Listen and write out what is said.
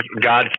God